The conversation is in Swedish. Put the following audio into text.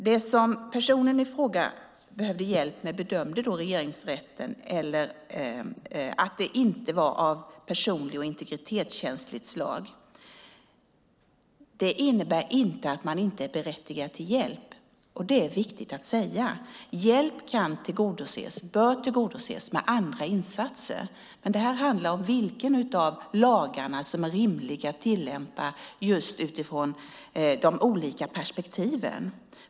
Det personen i fråga behövde hjälp med, bedömde Regeringsrätten, var alltså inte av personligt och integritetskänsligt slag. Det innebär inte att man inte är berättigad till hjälp. Det är viktigt att säga. Hjälp kan tillgodoses - bör tillgodoses - med andra insatser. Detta handlar dock om vilken av lagarna som är rimlig att tillämpa just utifrån de olika perspektiven.